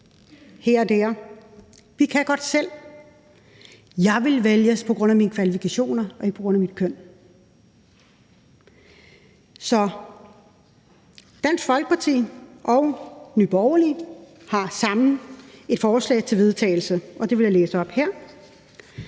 her og der. Vi kan godt selv. Jeg vil vælges på grund af mine kvalifikationer og ikke på grund af mit køn. Så Dansk Folkeparti og Nye Borgerlige har sammen et forslag til vedtagelse, og det vil jeg læse op her: